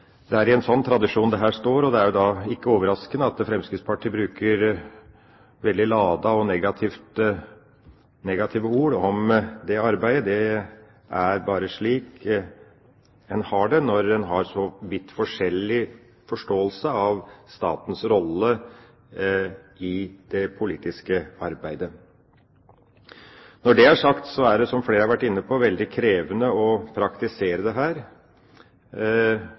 Det er i en sånn tradisjon dette står, og det er ikke overraskende at Fremskrittspartiet bruker veldig ladede og negative ord om det arbeidet. Det er bare slik det er, når en har så vidt forskjellig forståelse av statens rolle i det politiske arbeidet. Når det er sagt, er det – som flere har vært inne på – veldig krevende å praktisere dette. Pensjonsfondet, eller oljefondet, har avkastningskrav som må ses i forhold til de risikoene det